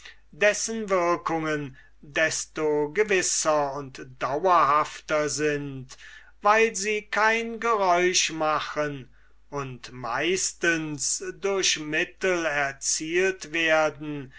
dessen wirkungen desto gewisser und dauerhafter sind weil sie kein geräusch machen und meistens durch mittel erzielt werden